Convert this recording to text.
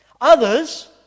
Others